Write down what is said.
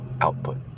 output